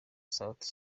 south